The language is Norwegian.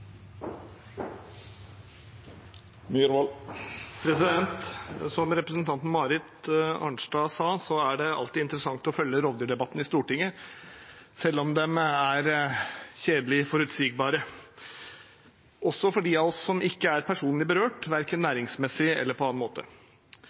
det alltid interessant å følge rovdyrdebattene i Stortinget – selv om de er kjedelig forutsigbare – også for dem av oss som ikke er personlig berørt, verken